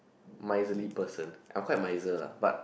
miserly person I'm quite miser lah but